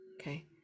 okay